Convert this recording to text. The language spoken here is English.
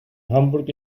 hamburg